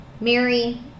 Mary